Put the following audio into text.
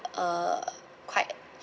uh quite